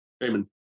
Raymond